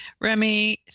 Remy